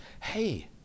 hey